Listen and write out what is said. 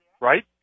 right